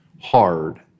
hard